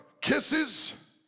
kisses